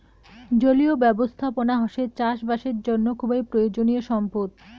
জলীয় ব্যবস্থাপনা হসে চাষ বাসের জন্য খুবই প্রয়োজনীয় সম্পদ